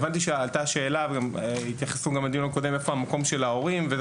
הבנתי שבדיון הקודם התייחסו לשאלה לגבי מקומם של ההורים.